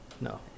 No